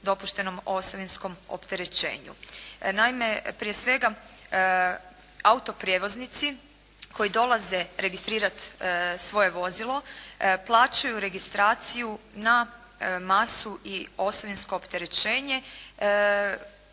dopuštenom osovinskom opterećenju. Naime, prije svega autoprijevoznici koji dolaze registrirati svoje vozilo, plaćaju registraciju na masu i osovinsko opterećenje